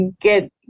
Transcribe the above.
get